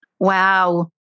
Wow